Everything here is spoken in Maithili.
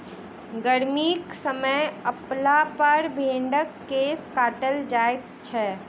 गर्मीक समय अयलापर भेंड़क केश काटल जाइत छै